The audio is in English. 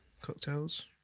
cocktails